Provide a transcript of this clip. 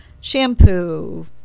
shampoo